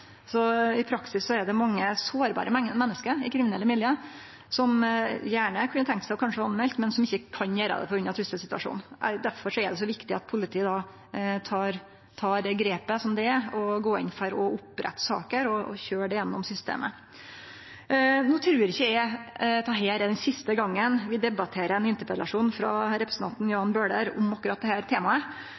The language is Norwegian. I praksis er det mange sårbare menneske i kriminelle miljø som gjerne kunne tenkt seg å melde, men som ikkje kan gjere det på grunn av trusselsituasjonen. Derfor er det så viktig at politiet tek det grepet, går inn for å opprette saker og køyrer dei gjennom systemet. Eg trur ikkje det er siste gongen vi debatterer ein interpellasjon frå representanten Jan Bøhler om akkurat dette temaet, men det